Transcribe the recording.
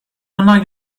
unlike